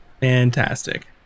Fantastic